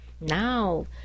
Now